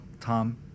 Tom